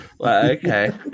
okay